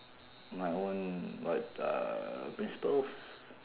my own what uh principles